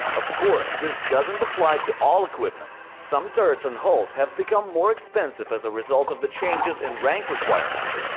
of course, this doesn't apply to all equipment. some turrets and hulls have become more expensive as a result of the changes in rank requirements.